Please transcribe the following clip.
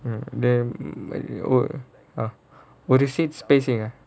um then oh !huh! got seat spacing ah